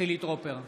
חילי טרופר,